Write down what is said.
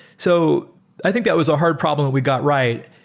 so i think that was a hard problem that we got right.